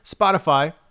Spotify